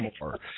more